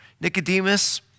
Nicodemus